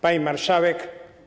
Pani Marszałek!